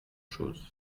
chose